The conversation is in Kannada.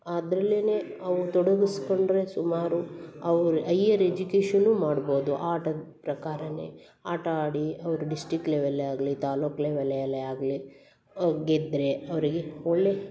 ಅದ್ರಲ್ಲೇ ಅವು ತೊಡಗಿಸ್ಕೊಂಡ್ರೆ ಸುಮಾರು ಅವ್ರು ಐಯರ್ ಎಜುಕೇಷನ್ನೂ ಮಾಡ್ಬೋದು ಆಟದ ಪ್ರಕಾರವೇ ಆಟ ಆಡಿ ಅವರು ಡಿಸ್ಟಿಕ್ ಲೆವಲ್ಲೇ ಆಗಲಿ ತಾಲ್ಲೂಕ್ ಲೆವೆಲಲ್ಲೇ ಆಗಲಿ ಅ ಗೆದ್ದರೆ ಅವರಿಗೆ ಒಳ್ಳೆಯ